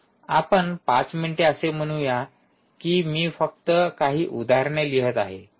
आपण 5 मिनिटे असे म्हणूया की मी फक्त काही उदाहरणे लिहित आहे